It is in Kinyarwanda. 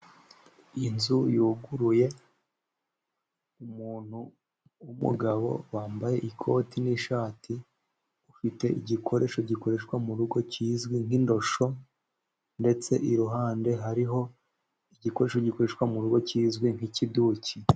Inzu yuguruye, umuntu w'umugabo wambaye ikoti n'ishati, ufite igikoresho gikoreshwa mu rugo kizwi nk'indosho, ndetse iruhande hariho igikoresho gikoreshwa mu rugo kizwi nk'ikiduki.